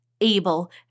able